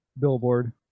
billboard